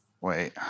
wait